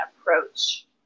approach